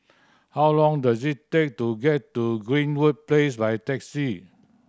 how long does it take to get to Greenwood Place by taxi